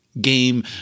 Game